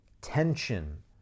tension